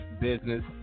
business